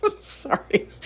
Sorry